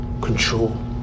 control